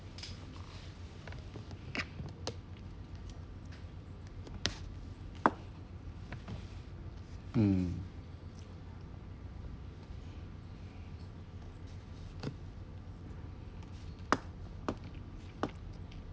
mm